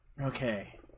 Okay